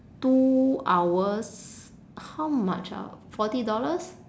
two hours how much ah forty dollars